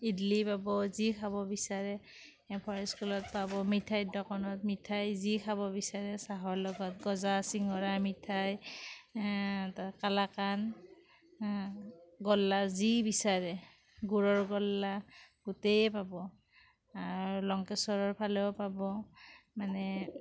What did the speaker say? ইডলি পাব যি খাব বিচাৰে ফৰেষ্ট স্কুলত পাব মিঠাই দোকানত মিঠাই যি খাব বিচাৰে চাহৰ লগত গজা চিঙৰা মিঠাই কালাকান গল্লা যি বিচাৰে গুৰৰ গল্লা গোটেই পাব লঙ্কেশ্বৰৰ ফালেও পাব মানে